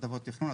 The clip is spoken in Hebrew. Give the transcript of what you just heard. הטבות תכנון,